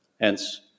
Hence